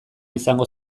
izango